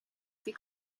ces